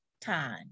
time